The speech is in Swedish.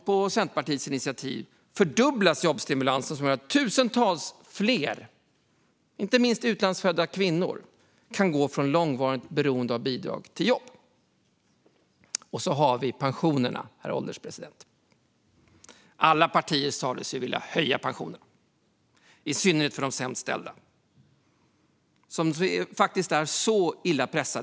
På Centerpartiets initiativ fördubblas jobbstimulanserna så att tusentals fler, inte minst utlandsfödda kvinnor, kan gå från långvarigt beroende av bidrag till jobb. Herr ålderspresident! Sedan har vi frågan om pensionerna. Alla partier sa sig vilja höja pensionerna, i synnerhet för de sämst ställda.